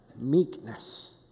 meekness